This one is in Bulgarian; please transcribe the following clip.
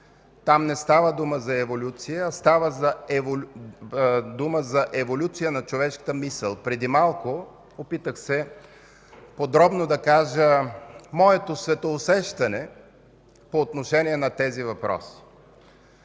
Там не става дума за еволюция, а става дума за еволюция на човешката мисъл. Преди малко се опитах подробно да кажа за моето светоусещане по отношение на тези въпроси.